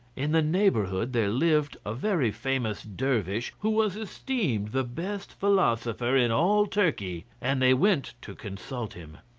in the neighbourhood there lived a very famous dervish who was esteemed the best philosopher in all turkey, and they went to consult him.